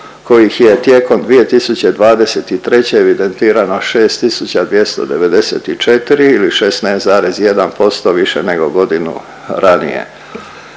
kojih je tijekom 2023. evidentirano 6 294 ili 16,1% više nego godinu ranije.